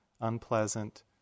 unpleasant